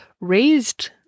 raised